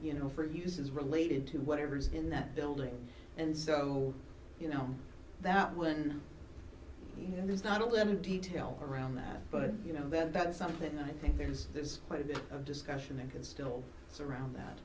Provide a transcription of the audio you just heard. you know for uses related to whatever's in that building and so you know that when you know there's not a little detail around that but you know that's something i think there's there's quite a bit of discussion it could still surround that